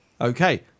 Okay